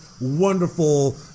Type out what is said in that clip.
wonderful